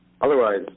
Otherwise